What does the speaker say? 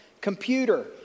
computer